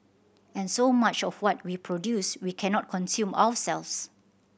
and so much of what we produce we cannot consume ourselves